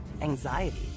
anxiety